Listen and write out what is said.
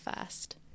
first